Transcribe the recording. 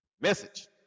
Message